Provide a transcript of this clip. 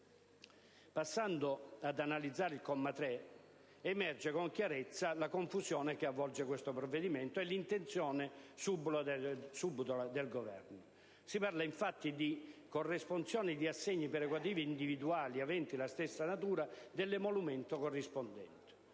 Passando ad analizzare il comma 3, dell'articolo 1, emerge con chiarezza la confusione che avvolge questo provvedimento e l'intenzione subdola del Governo. Si parla, infatti, di corresponsione di assegni perequativi individuali, aventi la stessa natura dell'emolumento corrispondente,